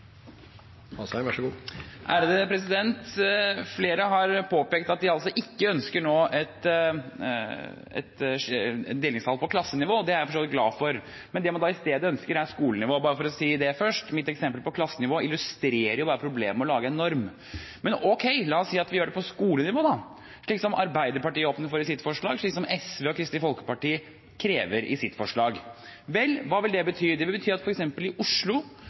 jeg for så vidt glad for – men det man da i stedet ønsker, er på skolenivå. Bare for å si det først: Mitt eksempel, som går på klassenivå, illustrerer jo bare problemet med å lage en norm. Men ok, la oss si at vi gjør det på skolenivå, slik som Arbeiderpartiet og Senterpartiet åpner for i sitt forslag, og slik som SV og Kristelig Folkeparti krever i sine forslag. Hva vil det bety? Det vil f.eks. bety: I Oslo